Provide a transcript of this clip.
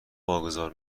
واگذار